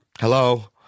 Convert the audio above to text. Hello